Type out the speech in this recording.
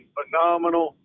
Phenomenal